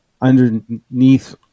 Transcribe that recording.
underneath